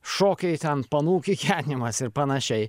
šokiai ten panų kikenimas ir panašiai